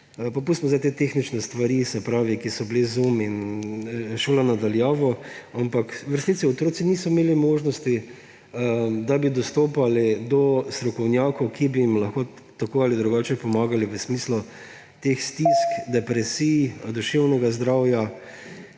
Pustimo sedaj te tehnične stvari, ki so bili zoom in šola na daljavo, ampak v resnici otroci niso imeli možnosti, da bi dostopali do strokovnjakov, ki bi jim lahko tako ali drugače pomagali v smislu teh stisk: depresij, duševnega zdravja.